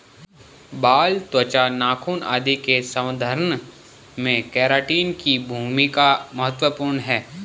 बाल, त्वचा, नाखून आदि के संवर्धन में केराटिन की भूमिका महत्त्वपूर्ण है